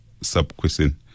sub-question